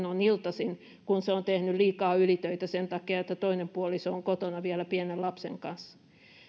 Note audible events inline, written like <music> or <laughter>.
<unintelligible> on iltaisin kun tämä on tehnyt liikaa ylitöitä sen takia että toinen puoliso on vielä kotona pienen lapsen kanssa